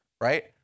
right